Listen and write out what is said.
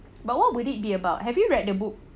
but what would it be about have you read the book